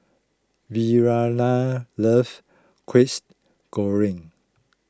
Verena loves Goreng